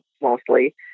mostly